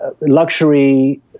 luxury